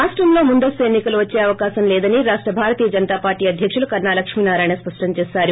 రాష్టంలోని ముందస్తు ఎన్ని కలు వచ్చే అవకాశం లేదని రాష్ట భారతీయ జనతా పార్టీ అధ్యకులు కన్నో లక్ష్మీనారాయణ స్పష్టం చేసారు